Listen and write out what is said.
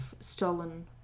stolen